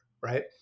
right